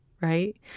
right